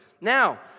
Now